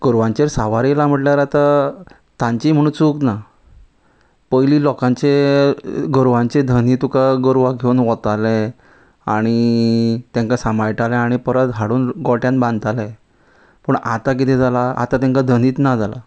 गोरवांचेर सावर येयला म्हणल्यार आतां तांची म्हण चूक ना पयली लोकांचे गोरवांचे धनी तुका गोरवां घेवन वताले आनी तांकां सांबाळटाले आनी परत हाडून गोट्यान बांदताले पूण आतां कितें जाला आतां तेंका धनीच ना जाला